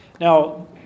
Now